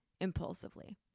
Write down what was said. impulsively